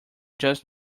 just